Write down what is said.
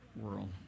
world